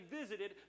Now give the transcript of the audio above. visited